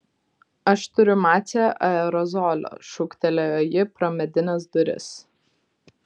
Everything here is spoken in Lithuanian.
aš turiu mace aerozolio šūktelėjo ji pro medines duris